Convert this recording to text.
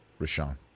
Rashawn